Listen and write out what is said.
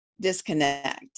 disconnect